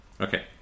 Okay